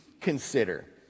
consider